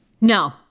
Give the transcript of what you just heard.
No